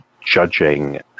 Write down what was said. judging